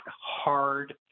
hard